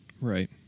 Right